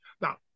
now